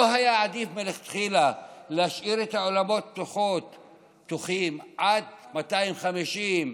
לא היה עדיף מלכתחילה להשאיר את האולמות פתוחים עד 250 איש,